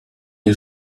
you